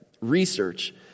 research